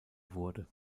wurde